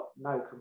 no